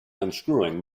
unscrewing